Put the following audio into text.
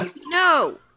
No